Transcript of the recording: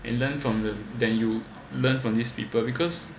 and learn from the than you learn from these people because